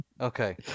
Okay